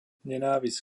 nenávisť